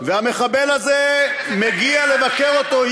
והמחבל הזה מגיע לבקר אותו,